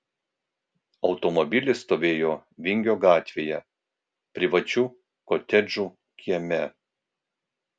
automobilis stovėjo vingio gatvėje privačių kotedžų kieme